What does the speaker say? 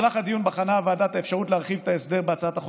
במהלך הדיון בחנה הוועדה את האפשרות להרחיב את ההסדר בהצעת החוק